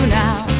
now